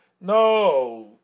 no